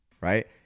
right